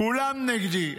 כולם נגדי,